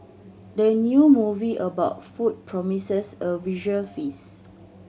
the new movie about food promises a visual feast